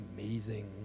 amazing